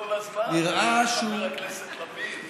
אנחנו פה כל הזמן, חבר הכנסת לפיד.